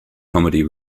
comedy